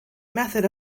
method